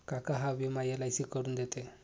काका हा विमा एल.आय.सी करून देते